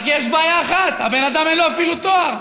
רק יש בעיה אחת: הבן אדם, אין לו אפילו תואר,